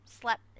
Slept